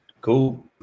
Cool